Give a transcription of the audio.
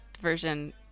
version